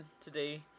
today